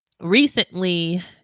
Recently